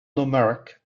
numeric